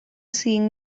seeing